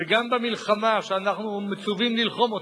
וגם במלחמה שאנחנו מצווים ללחום אותה,